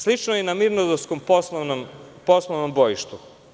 Slično je i na mirnodopskom poslovnom bojištu.